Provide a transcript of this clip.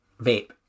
vape